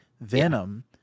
Venom